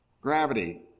gravity